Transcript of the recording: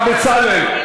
גם בצלאל.